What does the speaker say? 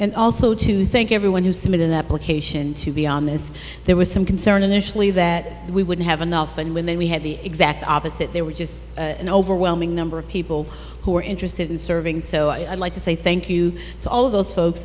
and also to thank everyone who submitted an application to be on this there was some concern initially that we wouldn't have enough and when then we had the exact opposite there were just an overwhelming number of people who are interested in serving so i'd like to say thank you to all of those folks